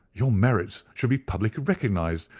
your merits should be publicly recognized.